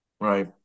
right